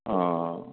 অঁ